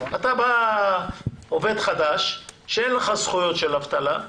אתה עובד חדש שאין לך זכויות של אבטלה,